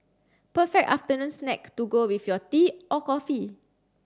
perfect afternoon snack to go with your tea or coffee